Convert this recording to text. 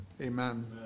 Amen